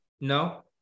no